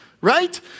right